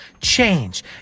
change